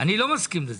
אני לא מסכים לזה.